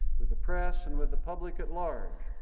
with the press, and with the public at large.